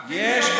אפילו,